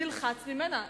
נלחץ ממנה.